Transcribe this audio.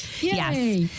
yes